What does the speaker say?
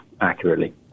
accurately